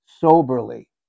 Soberly